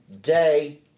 day